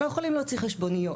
הם לא יכולים להוציא חשבוניות,